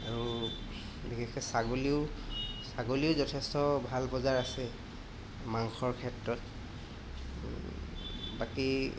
আৰু বিশেষকৈ ছাগলীও ছাগলীও যথেষ্ট ভাল বজাৰ আছে মাংসৰ ক্ষেত্ৰত বাকী